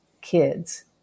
kids